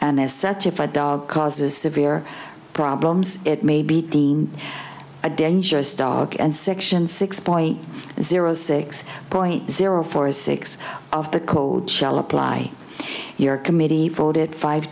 and as such if a dog causes severe problems it may be a dangerous dog and section six point zero six point zero four a six of the code shall apply your committee voted five